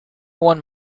one